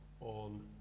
on